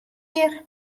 jier